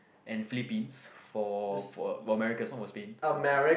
and Philippines for for for America's one was Spain